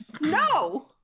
No